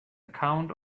account